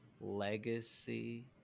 legacy